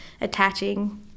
attaching